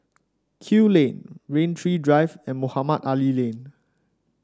Kew Lane Rain Tree Drive and Mohamed Ali Lane